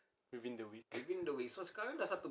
within the week